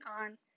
on